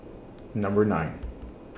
Number nine